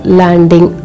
landing